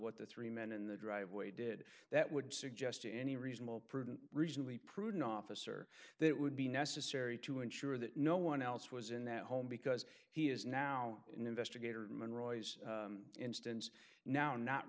what the three men in the driveway did that would suggest to any reasonable prudent reasonably prudent officer that it would be necessary to ensure that no one else was in that home because he is now in investigator instance now not